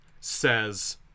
says